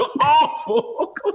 awful